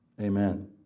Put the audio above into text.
amen